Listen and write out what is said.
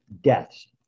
deaths